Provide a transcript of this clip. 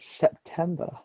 September